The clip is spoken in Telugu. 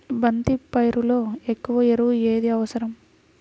బంతి పైరులో ఎక్కువ ఎరువు ఏది అవసరం?